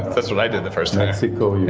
that's what i did the first time. mexico, yeah